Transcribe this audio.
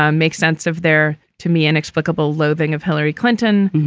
um make sense of their to me inexplicable loathing of hillary clinton.